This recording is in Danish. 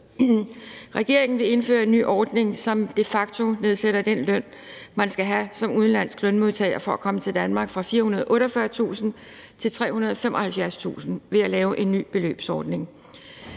Regeringen vil indføre en ny ordning, som de facto nedsætter den løn, man skal have som udenlandsk lønmodtager for at komme til Danmark, fra 448.000 kr. til 375.000 kr. ved at lave en ny beløbsordning.